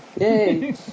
yay